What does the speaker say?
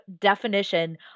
definition